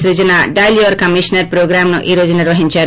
Srujana dial your commissioner ప్రోగ్రామును ఈరోజు నిర్వహించారు